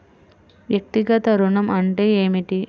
వ్యక్తిగత ఋణం అంటే ఏమిటి?